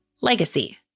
legacy